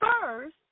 first